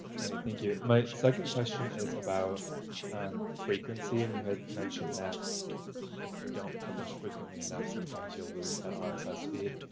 great, thank you. my second question is about um frequency. and you had mentioned that if you don't publish frequently enough, sometimes you'll lose that um rss feed.